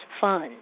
fund